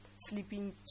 sleeping